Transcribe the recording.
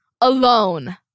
alone